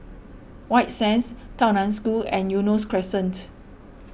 White Sands Tao Nan School and Eunos Crescent